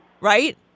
right